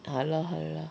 !hannor! !hannor!